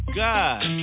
god